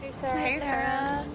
sarah. hey, sarah.